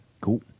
Cool